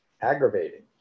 aggravating